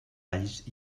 alls